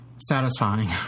satisfying